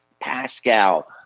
Pascal